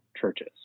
churches